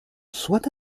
soit